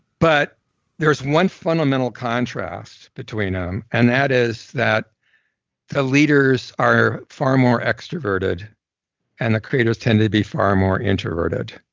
but there's one fundamental contrast between them um and that is that the leaders are far more extroverted and the creators tend to be far more introverted.